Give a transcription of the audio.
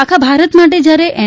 આખા ભારત માટે જ્યારે એન